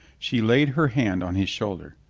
she laid her hand on his shoulder.